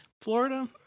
Florida